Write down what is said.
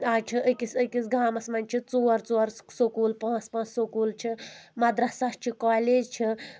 آز چھُ أکِس أکِس گامَس منٛز چھِ ژور ژور سکوٗل پانٛژھ پانٛژھ سکوٗل چھِ مدرسہ چھ کالیج چھِ